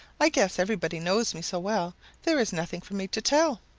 i guess everybody knows me so well there is nothing for me to tell.